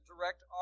direct